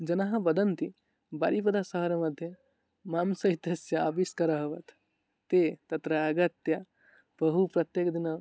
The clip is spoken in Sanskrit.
जनाः वदन्ति बारिपदसार मध्ये मांस इत्यस्य अविष्कारः अभवत् ते तत्र आगत्य बहु प्रत्येकदिनं